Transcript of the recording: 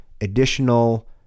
additional